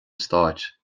stáit